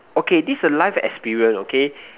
okay this a life experience okay